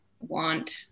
want